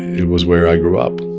it was where i grew up